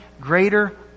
greater